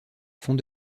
font